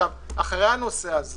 אחרי הנושא הזה